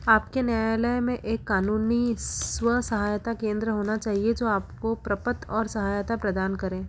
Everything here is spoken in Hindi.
आपके न्यायालय में एक कानूनी स्व सहायता केंद्र होना चाहिए जो आपको प्रपत्र और सहायता प्रदान करें